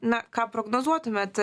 na ką prognozuotumėt